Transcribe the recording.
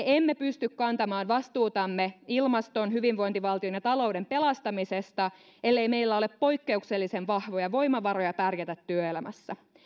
emme pysty kantamaan vastuutamme ilmaston hyvinvointivaltion ja talouden pelastamisesta ellei meillä ole poikkeuksellisen vahvoja voimavaroja pärjätä työelämässä